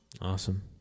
Awesome